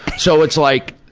so it's like,